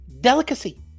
delicacy